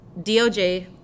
DOJ